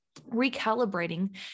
recalibrating